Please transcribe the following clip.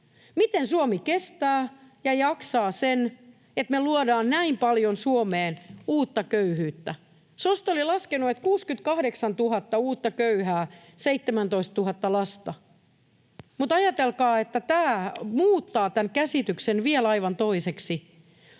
miten Suomi kestää ja jaksaa sen, että me luodaan näin paljon Suomeen uutta köyhyyttä. SOSTE oli laskenut, että tulee 68 000 uutta köyhää, 17 000 lasta, mutta ajatelkaa, tämä muuttaa tämän käsityksen vielä aivan toiseksi.